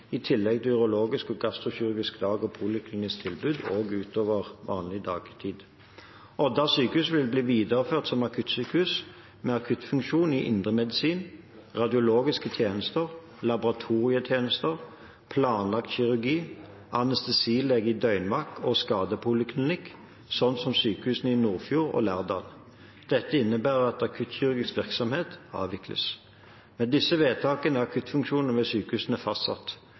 i tillegg til urologisk og gastrokirurgisk dagtilbud og poliklinisk tilbud også utover vanlig dagtid. Odda sykehus vil bli videreført som akuttsykehus med akuttfunksjon i indremedisin, radiologiske tjenester, laboratorietjenester, planlagt kirurgi, anestesilege i døgnvakt og skadepoliklinikk, slik som sykehusene i Nordfjord og Lærdal. Dette innebærer at akuttkirurgisk virksomhet avvikles. Med disse vedtakene er akuttfunksjonene ved sykehusene fastsatt.